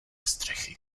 střechy